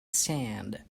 sand